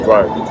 Right